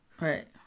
Right